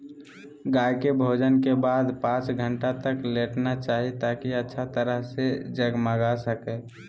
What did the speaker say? गाय के भोजन के बाद पांच घंटा तक लेटना चाहि, ताकि अच्छा तरह से जगमगा सकै